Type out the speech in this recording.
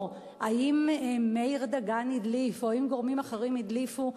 אם מאיר דגן הדליף או אם גורמים אחרים הדליפו,